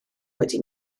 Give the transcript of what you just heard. wedi